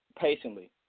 patiently